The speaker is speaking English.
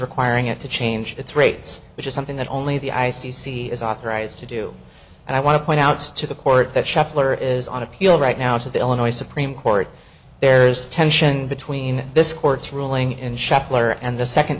requiring it to change its rates which is something that only the i c c is authorized to do and i want to point out to the court that shepler is on appeal right now to the illinois supreme court there's tension between this court's ruling and scheffler and the second